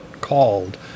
called